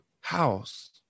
house